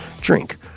Drink